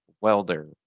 welder